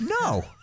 No